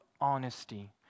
honesty